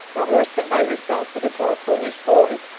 or worse than by herself, with her poor foolish boy?